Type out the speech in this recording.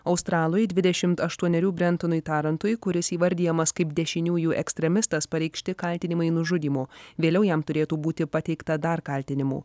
australui dvidešim aštuonerių brentonui tarantui kuris įvardijamas kaip dešiniųjų ekstremistas pareikšti kaltinimai nužudymu vėliau jam turėtų būti pateikta dar kaltinimų